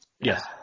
Yes